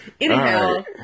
anyhow